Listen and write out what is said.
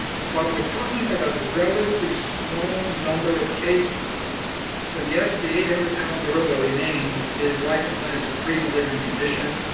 but we're talking about a relatively small number of cases so yes the eight and hundred pound gorilla remains. is lichen planus the preeminent and condition?